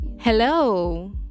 Hello